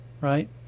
right